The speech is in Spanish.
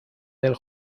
del